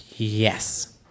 Yes